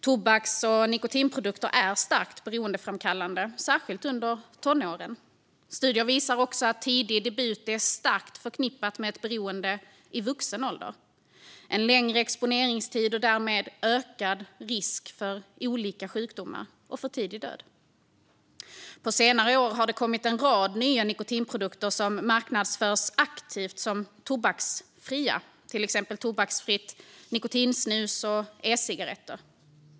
Tobaks och nikotinprodukter är starkt beroendeframkallande, särskilt under tonåren. Studier visar också att tidig debut förknippas starkt med ett beroende i vuxen ålder, en längre exponeringstid och därmed ökad risk för olika sjukdomar och för tidig död. På senare år har det kommit en rad nya nikotinprodukter som marknadsförs aktivt som tobaksfria, till exempel tobaksfritt nikotinsnus och ecigaretter.